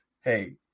hey